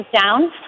down